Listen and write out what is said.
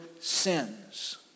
sins